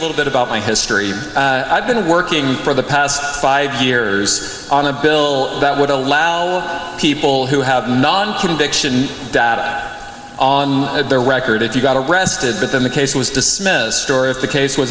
little bit about my history i've been working for the past five years on a bill that would allow people who have non conviction data on their record if you got arrested but then the case was dismissed or if the case w